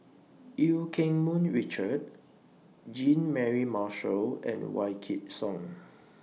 EU Keng Mun Richard Jean Mary Marshall and Wykidd Song